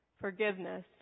forgiveness